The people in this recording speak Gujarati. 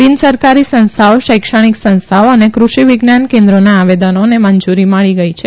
બિન સરકારી સંસ્થાઓ શૈક્ષણિક સંસ્થાઓ અને કૃષિ વિજ્ઞાન કેન્દ્રોના આવેદનોને મંજુરી મળી ગઈ છે